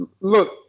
look